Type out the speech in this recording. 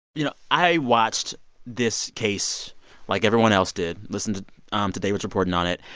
you know, i watched this case like everyone else did, listened to um to david's reporting on it.